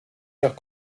nach